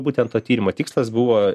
būtent to tyrimo tikslas buvo